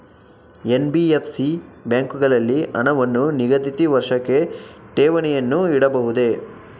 NBFC ಬ್ಯಾಂಕುಗಳಲ್ಲಿ ಹಣವನ್ನು ನಿಗದಿತ ವರ್ಷಕ್ಕೆ ಠೇವಣಿಯನ್ನು ಇಡಬಹುದೇ?